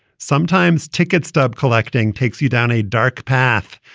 sometimes ticket stub collecting takes you down a dark path.